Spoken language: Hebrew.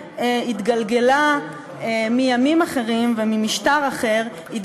ולאור האמור לעיל יפעל משרד הביטחון בשיתוף משרד החינוך ומועצת